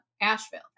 Asheville